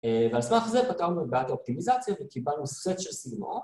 ועל סמך זה פתרנו את בעית האופטימיזציה וקיבלנו סט של סי..